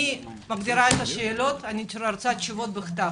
אני רוצה את התשובות בכתב.